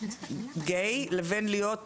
גיי לבין להיות